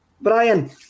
Brian